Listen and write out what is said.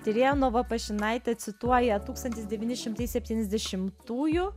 tyrėja novopašinaitė cituoja tūkstantis devyni šimtai septyniasdešimtųjų